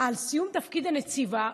על סיום תפקיד הנציבה.